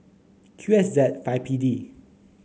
Q S Z five P D